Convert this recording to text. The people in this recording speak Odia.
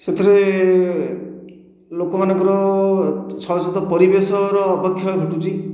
ସେଥିରେ ଲୋକମାନଙ୍କର ସହିତ ପରିବେଶର ଅବକ୍ଷୟ ଘଟୁଛି